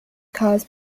cause